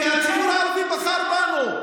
כי הציבור הערבי בחר בנו,